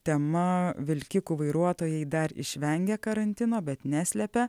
tema vilkikų vairuotojai dar išvengė karantino bet neslepia